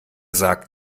sagt